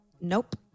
Nope